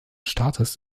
staates